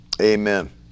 Amen